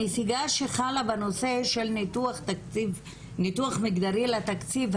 הנסיגה שחלה בנושא של ניתוח מגדרי לתקציב,